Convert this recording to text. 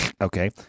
okay